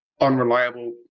unreliable